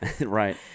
Right